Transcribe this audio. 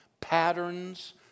patterns